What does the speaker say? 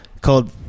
called